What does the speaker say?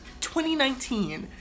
2019